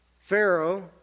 Pharaoh